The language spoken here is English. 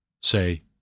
say